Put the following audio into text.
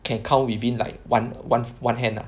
can count within like one one one hand lah